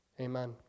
Amen